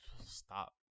Stop